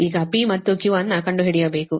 ಈಗ P ಮತ್ತು Q ಅನ್ನು ಕಂಡುಹಿಡಿಯಬೇಕು